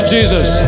Jesus